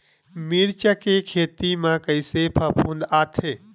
मिर्च के खेती म कइसे फफूंद आथे?